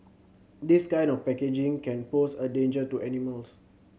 this kind of packaging can pose a danger to animals